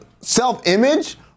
self-image